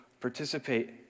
participate